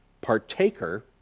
partaker